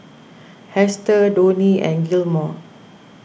Hester Donnie and Gilmore